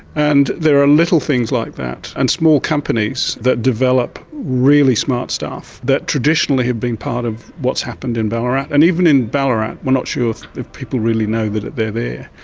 and there are little things like that, and small companies that develop really smart stuff that traditionally have been part of what's happened in ballarat. and even in ballarat, we're not sure if people really know that they are